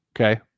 Okay